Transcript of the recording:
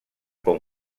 con